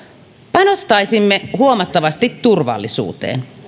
panostaisimme huomattavasti turvallisuuteen